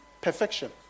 perfection